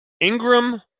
Ingram